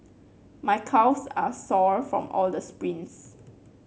my calves are sore from all the sprints